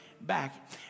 back